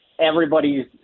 everybody's